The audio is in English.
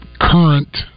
current